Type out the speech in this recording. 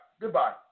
Goodbye